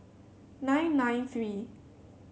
nine nine three